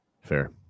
Fair